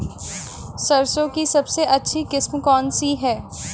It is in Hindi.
सरसों की सबसे अच्छी किस्म कौन सी है?